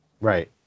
Right